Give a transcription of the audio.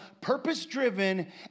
purpose-driven